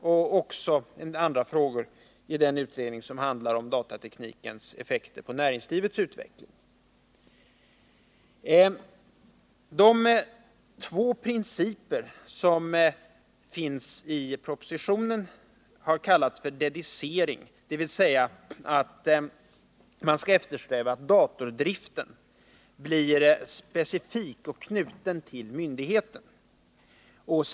Andra frågor tas upp i den utredning som handlar om datateknikens effekter på näringslivets utveckling. De två principer för datordriften som finns i propositionen har kallats för ”decidering” och ”spridning”. Decidering betyder att man skall eftersträva att datordriften blir specifik och knuten till myndigheten.